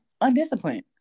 undisciplined